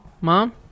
Mom